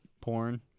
porn